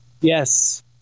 Yes